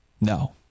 No